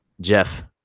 Jeff